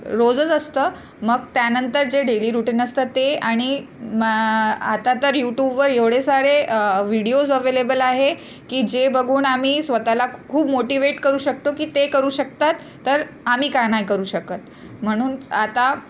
रोजच असतं मग त्यानंतर जे डेली रुटीन असतं ते आणि मग आता तर यूटूबवर एवढे सारे व्हिडिओज अवेलेबल आहे की जे बघून आम्ही स्वतःला खूप मोटिवेट करू शकतो की ते करू शकतात तर आम्ही का नाही करू शकत म्हणून आता